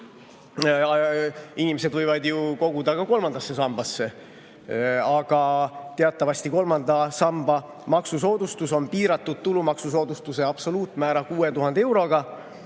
inimesed võivad ju koguda ka kolmandasse sambasse, aga teatavasti kolmanda samba maksusoodustus on piiratud tulumaksusoodustuse absoluutmäära 6000 euroga.